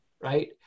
right